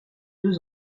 deux